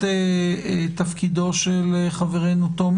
הפקידו בידיי את הסמכות